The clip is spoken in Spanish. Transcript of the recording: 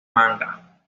manga